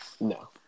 No